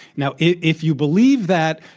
now, if you believe that,